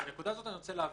בנקודה הזאת אני רוצה להבהיר,